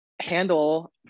handle